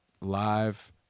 live